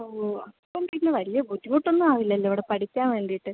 ഓ അപ്പം പിന്നെ വലിയ ബുദ്ധിമുട്ട് ഒന്നും ആവില്ലല്ലൊ അവിടെ പഠിക്കാൻ വേണ്ടീട്ട്